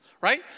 Right